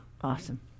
Awesome